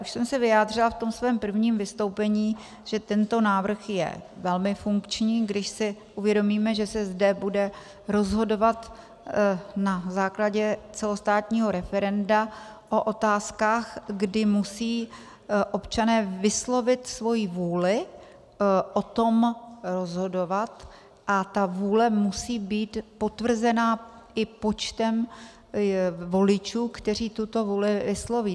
Už jsem se vyjádřila v tom svém prvním vystoupení, že tento návrh je velmi funkční, když si uvědomíme, že se zde bude rozhodovat na základě celostátního referenda o otázkách, kdy musí občané vyslovit svoji vůli o tom rozhodovat, a ta vůle musí být potvrzena i počtem voličů, kteří tuto vůli vysloví.